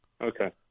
okay